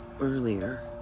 earlier